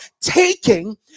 taking